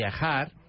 Viajar